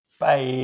Bye